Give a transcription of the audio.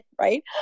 right